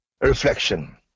reflection